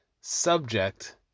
subject